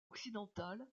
occidental